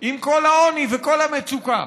עם כל העוני וכל המצוקה.